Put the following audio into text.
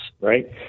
right